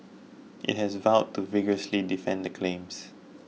it has vowed to vigorously defend the claims